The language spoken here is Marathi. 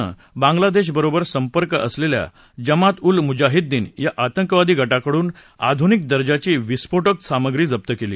नं बांग्लादेशबरोबर संपर्क असलेल्या जमात उल मुझाहिदीन या आंतकवादी गटाकडून आधुनिक दर्जाची विस्फोटक सामग्री जप्त केली